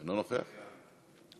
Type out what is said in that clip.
אינו נוכח,